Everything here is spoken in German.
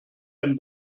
ein